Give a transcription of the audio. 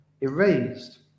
erased